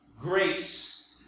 Grace